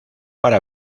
para